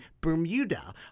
Bermuda